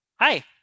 Hi